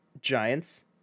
Giants